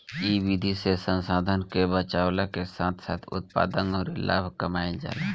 इ विधि से संसाधन के बचावला के साथ साथ उत्पादन अउरी लाभ कमाईल जाला